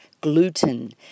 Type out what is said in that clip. gluten